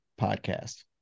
podcast